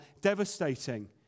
devastating